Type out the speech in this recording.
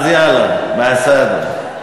אז יאללה, בסדר.